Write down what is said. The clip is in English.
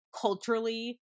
culturally